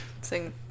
Sing